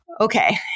okay